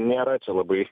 nėra čia labai